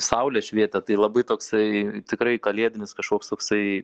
saulė švietė tai labai toksai tikrai kalėdinis kažkoks toksai